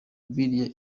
bibiliya